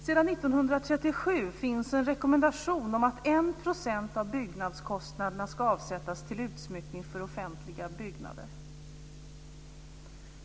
Sedan 1937 finns det en rekommendation om att 1 % av byggnadskostnaderna ska avsättas till utsmyckning av offentliga byggnader.